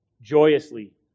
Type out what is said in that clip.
joyously